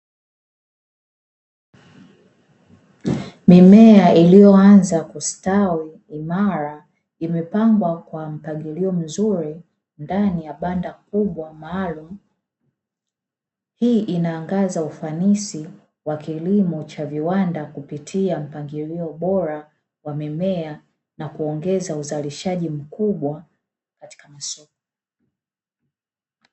Mimea inayoanza kustawi imara imepangwa kwa mpangilio mzuri, ndani ya banda kubwa maalumu hii inaangaza ufanisi wa kilimo cha viwanda, kupitia mpangilio bora wa mimea na kuongeza uzalishaji mkubwa katika masoko.